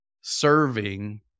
serving